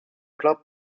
club